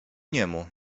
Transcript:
niemu